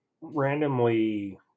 randomly